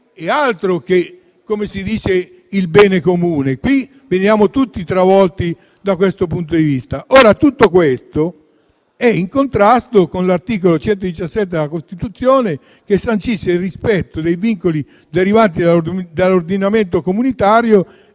e altro che, come si dice, il bene comune! Verremo tutti travolti. Tutto questo è in contrasto con l'articolo 117 della Costituzione, che sancisce il rispetto dei vincoli derivanti dall'ordinamento comunitario.